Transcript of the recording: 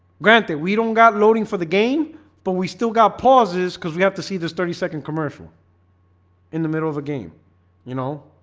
granted we don't got loading for the game but we still got pauses because we have to see this thirty second commercial in the middle of a game you know,